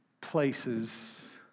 places